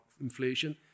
inflation